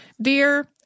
dear